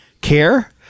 care